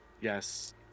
Yes